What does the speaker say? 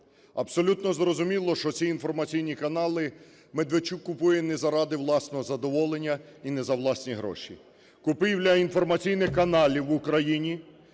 Абсолютно зрозуміло, що ці інформаційні канали Медведчук купує не заради власного задоволення і не за власні гроші. Купівля інформаційних каналів в Україні